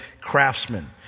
craftsmen